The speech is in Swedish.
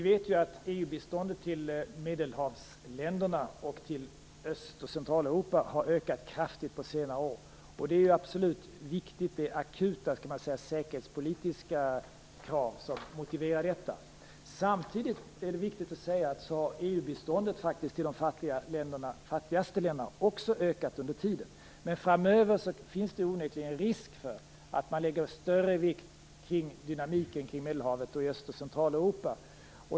Fru talman! EU-biståndet till Medelhavsländerna och till Öst och Centraleuropa har ju ökat kraftigt under senare år. Det är absolut viktiga och akuta säkerhetspolitiska krav som motiverar detta. Samtidigt har EU-biståndet till de fattigaste länderna faktiskt också ökat under den här tiden. Men framöver finns onekligen risken att man fäster större vikt vid dynamiken kring Medelhavet och Öst och Centraleuropa.